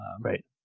right